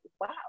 wow